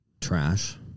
trash